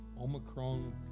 Omicron